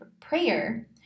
prayer